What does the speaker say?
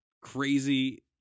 crazy